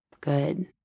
Good